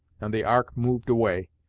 and the ark moved away,